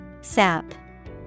sap